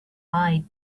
eyed